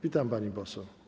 Witam, pani poseł.